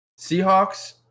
Seahawks